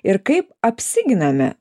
ir kaip apsiginame